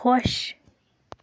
خۄش